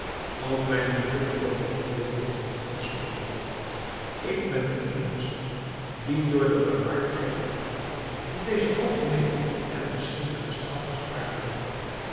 ook mijne moeder de koningin deelde in het gods oordeel ik ben de eenigste die door de barmhartigheid van allah van deze algemeene en verschrikkelijke straf gespaard bleef